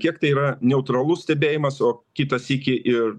kiek tai yra neutralus stebėjimas o kitą sykį ir